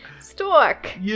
stork